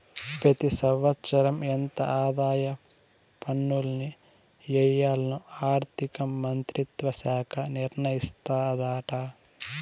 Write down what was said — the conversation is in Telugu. పెతి సంవత్సరం ఎంత ఆదాయ పన్నుల్ని ఎయ్యాల్లో ఆర్థిక మంత్రిత్వ శాఖ నిర్ణయిస్తాదాట